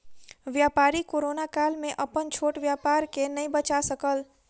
व्यापारी कोरोना काल में अपन छोट व्यापार के नै बचा सकल